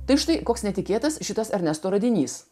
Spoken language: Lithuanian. tai štai koks netikėtas šitas ernesto radinys